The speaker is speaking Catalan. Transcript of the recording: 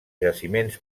jaciments